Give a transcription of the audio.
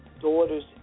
daughter's